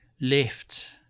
left